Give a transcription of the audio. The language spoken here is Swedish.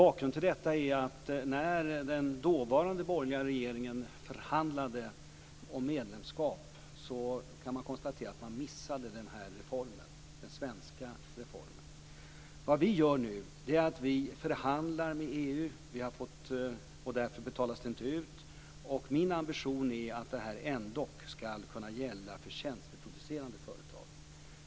Bakgrunden till detta är att när den dåvarande borgerliga regeringen förhandlade om medlemskap missade man den svenska reformen. Vad vi nu gör är att vi förhandlar med EU. Därför betalas den inte ut. Min ambition är att det här ändock ska kunna gälla för tjänsteproducerande företag.